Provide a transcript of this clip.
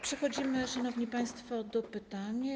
Przechodzimy, szanowni państwo, do pytań.